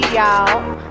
Y'all